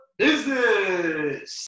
business